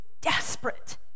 desperate